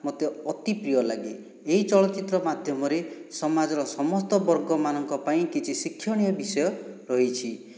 ମୋତେ ଅତିପ୍ରିୟ ଲାଗେ ଏଇ ଚଳଚିତ୍ର ମାଧ୍ୟମରେ ସମାଜର ସମସ୍ତ ବର୍ଗମାନଙ୍କ ପାଇଁ କିଛି ଶିକ୍ଷଣୀୟ ବିଷୟ ରହିଛି